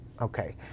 Okay